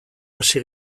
hasi